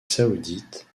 saoudite